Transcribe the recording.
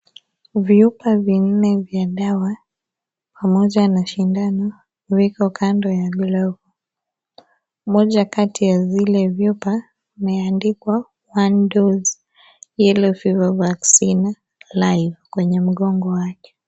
Vyupa vinne vya dawa, pamoja na shindano vipo kando ya glovu, moja kati ya zile vyupa imeandikwa (cs)one dose, yellow fiver vaccine live (cs), kwenye mgongo wake.